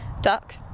Duck